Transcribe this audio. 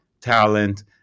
talent